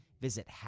Visit